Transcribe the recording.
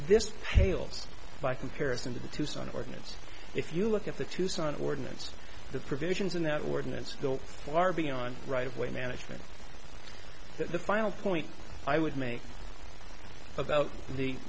this pales by comparison to the tucson ordinance if you look at the tucson ordinance the provisions in that ordinance built largely on the right of way management that the final point i would make about the